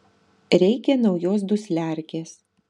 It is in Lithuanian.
reikia naujos dusliarkės